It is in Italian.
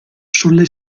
sulle